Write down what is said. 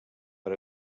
per